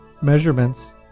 Measurements